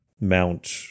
mount